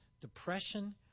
depression